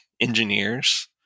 engineers